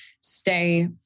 stay